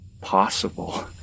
possible